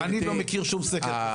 אני לא מכיר שום סקר כזה.